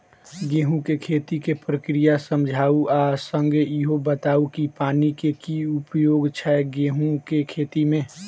गेंहूँ केँ खेती केँ प्रक्रिया समझाउ आ संगे ईहो बताउ की पानि केँ की उपयोग छै गेंहूँ केँ खेती में?